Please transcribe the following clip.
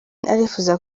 arifuza